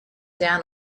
down